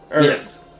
Yes